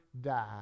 die